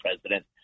president